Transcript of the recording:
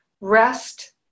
rest